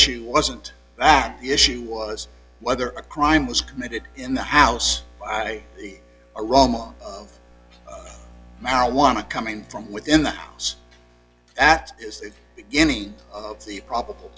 issue wasn't that the issue was whether a crime was committed in the house aroma of marijuana coming from within the house act is the beginning of the probable